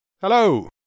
Hello